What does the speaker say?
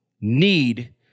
need